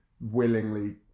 willingly